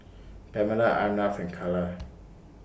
Pamela Arnav and Calla